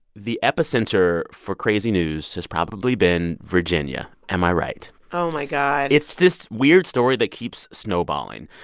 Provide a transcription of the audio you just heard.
the epicenter for crazy news has probably been virginia. am i right? oh, my god it's this weird story that keeps snowballing.